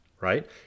right